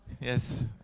yes